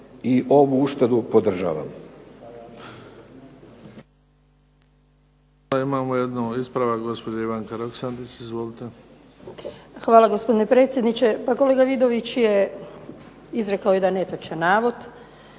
i ovu uštedu podržavam.